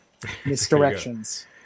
misdirections